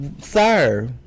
sir